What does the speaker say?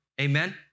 amen